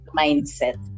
mindset